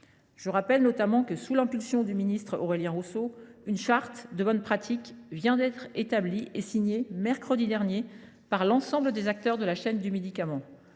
Je rappelle notamment que, sous l’impulsion d’Aurélien Rousseau, une charte de bonnes pratiques a été signée mercredi dernier par l’ensemble des acteurs de la chaîne du médicament